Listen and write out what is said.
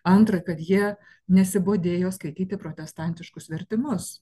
antra kad jie nesibodėjo skaityti protestantiškus vertimus